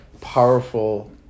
powerful